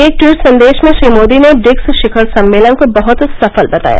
एक ट्वीट संदेश में श्री मोदी ने ब्रिक्स शिखर सम्मेलन को बहुत सफल बताया